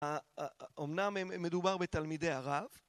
אמנם מדובר בתלמידי ערב